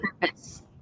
purpose